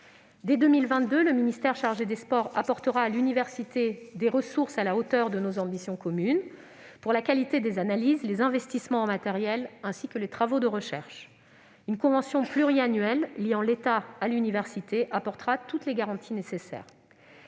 Dès 2022, le ministère chargé des sports apportera à l'université des ressources à la hauteur de nos ambitions communes, pour la qualité des analyses, les investissements en matériels ainsi que les travaux de recherche. Une convention pluriannuelle liant l'État à l'université apportera toutes les garanties nécessaires.